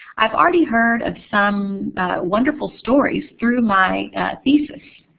i've already heard of some wonderful stories through my thesis,